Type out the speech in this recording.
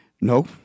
no